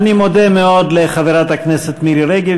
אני מודה מאוד לחברת הכנסת מירי רגב,